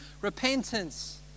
repentance